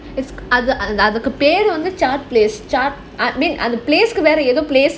அந்த அதுக்கு பெரு:andha adhuku peru chat place அந்த:andha place பெரு:peru place